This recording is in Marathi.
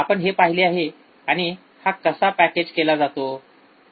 आपण हे पाहिले आहे आणि हा कसा पॅकेज केला जातो